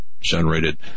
generated